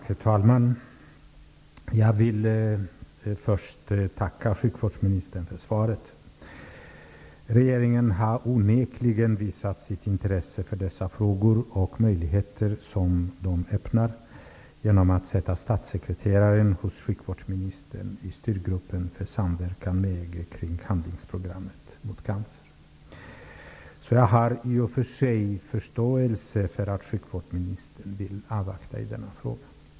Herr talman! Jag vill först tacka sjukvårdsministern för svaret. Regeringen har onekligen visat sitt intresse för dessa frågor och de möjligheter som de öppnar genom att sätta statssekreteraren hos sjukvårdsministern i styrgruppen för samverkan med EG kring handlingsprogrammet mot cancer. Jag har därför i och för sig förståelse för att sjukvårdsministern vill avvakta i denna fråga.